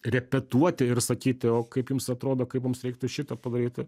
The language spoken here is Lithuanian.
repetuoti ir sakyti o kaip jums atrodo kaip mums reiktų šitą padaryti